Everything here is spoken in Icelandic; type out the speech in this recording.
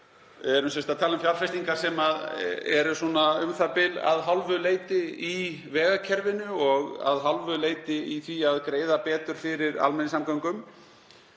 Við erum að tala um fjárfestingar sem eru u.þ.b. að hálfu leyti í vegakerfinu og að hálfu leyti í því að greiða betur fyrir almenningssamgöngum.